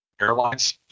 airlines